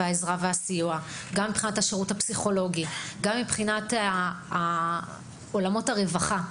וגם מבחינת השירות הפסיכולוגי ועולמות הרווחה.